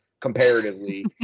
comparatively